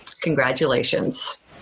congratulations